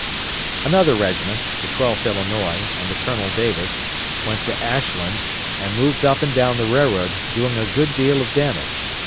another regiment the twelfth illinois, under colonel davis went to ashland and moved up and down the railroad, doing a good deal of damage.